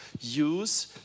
Use